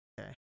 Okay